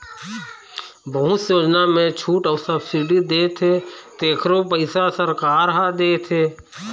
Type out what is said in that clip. बहुत से योजना म छूट अउ सब्सिडी देथे तेखरो पइसा सरकार ह देथे